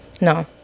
no